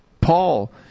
paul